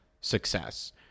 success